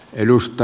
edusta